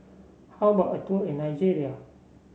how about a tour in Nigeria